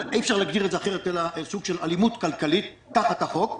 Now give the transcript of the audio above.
אי אפשר להגדיר את זה אחרת אלא סוג של אלימות כלכלית תחת החוק,